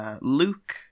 Luke